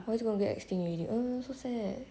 maldives also gonna get extinct already oh so sad